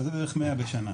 אז זה בערך 100 בשנה.